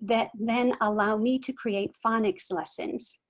that then allow me to create phonics lessons.